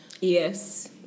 Yes